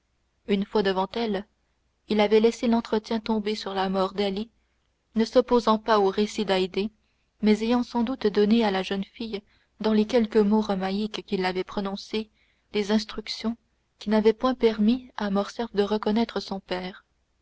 une fois devant elle il avait laissé l'entretien tomber sur la mort d'ali ne s'opposant pas au récit d'haydée mais ayant sans doute donné à la jeune fille dans les quelques mots romaïques qu'il avait prononcés des instructions qui n'avaient point permis à morcerf de reconnaître son père